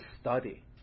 study